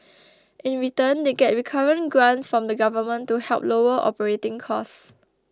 in return they get recurrent grants from the Government to help lower operating costs